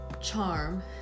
charm